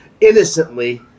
innocently